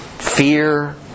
fear